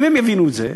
אם הם יבינו את זה,